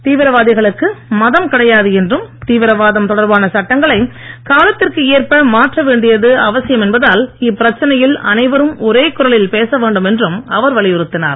தீவிரவாதிகளுக்கு மதம் கிடையாது என்றும் தீவிரவாதம் தொடர்பான சட்டங்களை காலத்திற்கு ஏற்ப மாற்ற வேண்டியது அவசியம் என்பதால் இப்பிரச்சினையில் அனைவரும் ஒரே குரலில் பேச வேண்டும் என்றும் அவர் வலியுறுத்தினார்